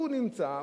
הוא נמצא,